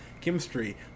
chemistry